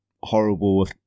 horrible